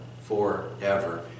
forever